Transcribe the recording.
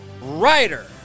writer